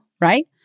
Right